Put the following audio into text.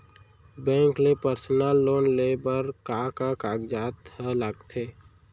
Bank ले personal loan लेये बर का का कागजात ह लगथे?